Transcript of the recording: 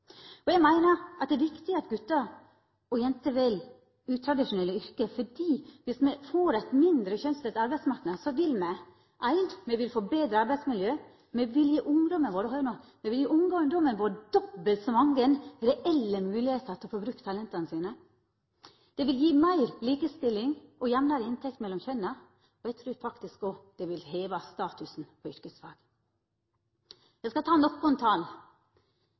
studiekompetanse. Eg meiner det er viktig at gutar og jenter vel utradisjonelle yrke, for viss me får ein mindre kjønnsdelt arbeidsmarknad, vil me få eit betre arbeidsmiljø. Me vil gje ungdomen vår dobbelt så mange reelle moglegheiter til å få brukt talenta sine. Det vil gje meir likestilling og jamnare inntekt mellom kjønna. Og eg trur faktisk òg det vil heva statusen på yrkesfag. Eg skal ta